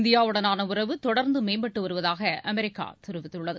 இந்தியாவுடனான உறவு தொடர்ந்து மேம்பட்டு வருவதாக அமெரிக்கா தெரிவித்துள்ளது